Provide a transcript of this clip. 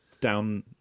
down